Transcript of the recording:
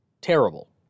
terrible